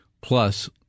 plus